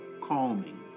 calming